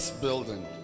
building